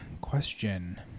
question